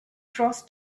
cross